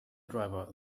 driver